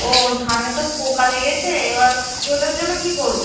ও ধানে তো পোকা লেগেছে এবার আমি ওটার জন্য কী করবো